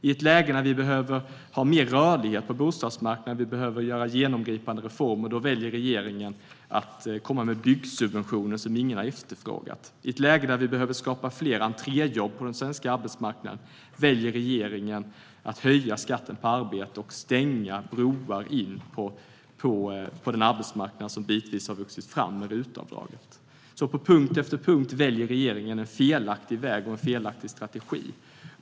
I ett läge när vi behöver ha mer rörlighet på bostadsmarknaden och behöver göra genomgripande reformer väljer regeringen att komma med byggsubventioner som ingen har efterfrågat. I ett läge där vi behöver skapa fler entréjobb på den svenska arbetsmarknaden väljer regeringen att höja skatten på arbete och stänga broar in på den arbetsmarknad som bitvis har vuxit fram med RUT-avdraget. På punkt efter punkt väljer regeringen en felaktig väg och en felaktig strategi.